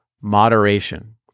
moderation